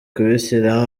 kubishyiramo